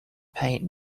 paint